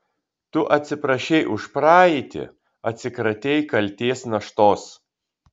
tu atsiprašei už praeitį atsikratei kaltės naštos